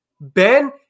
Ben